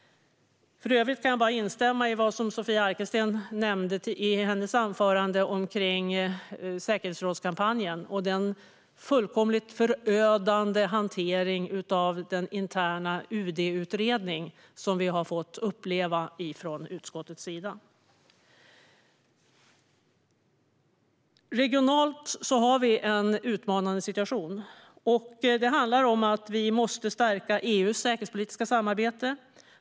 För övrigt kan jag bara instämma i vad Sofia Arkelsten nämnde i sitt anförande kring säkerhetsrådskampanjen och den fullkomligt förödande hanteringen av den interna UD-utredningen som vi har fått uppleva från utskottets sida. Regionalt har vi en utmanande situation. Det handlar om att vi måste stärka EU:s säkerhetspolitiska samarbete.